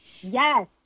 Yes